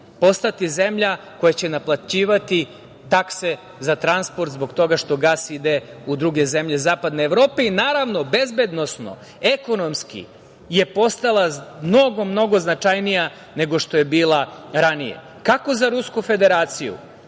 ka našoj zemlji, naplaćivati takse za transport zbog toga što gas ide u druge zemlje zapadne Evrope. Naravno, i bezbednosno, ekonomski je postala mnogo, mnogo značajnija nego što je bila ranije, kako za Rusku Federaciju,